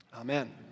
Amen